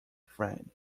friend